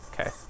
Okay